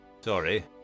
sorry